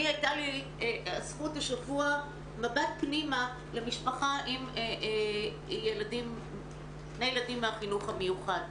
הייתה לי הזכות השבוע למבט פנימה למשפחה עם שני ילדים מהחינוך המיוחד.